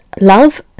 Love